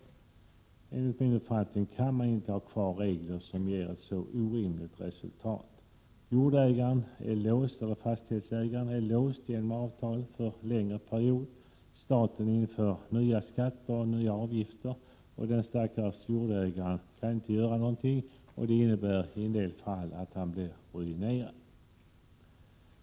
Enligt min uppfattning kan man inte ha kvar regler som ger ett så orimligt resultat. Fastighetsägaren är genom avtal låst för en längre period. Staten inför nya skatter och avgifter, och den stackars jordägaren kan inte göra någonting. Det innebär i en del fall att han blir ruinerad.